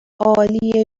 عالی